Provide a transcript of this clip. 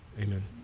Amen